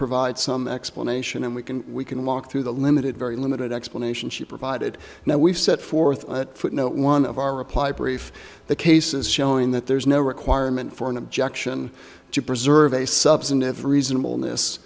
provide some explanation and we can we can walk through the limited very limited explanation she provided now we've set forth a footnote one of our reply brief the cases showing that there's no requirement for an objection to preserve a substantive reasonable